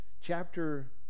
chapter